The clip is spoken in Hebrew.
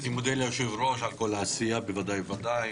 אני מודה ליושב-הראש על כל העשייה, בוודאי ובוודאי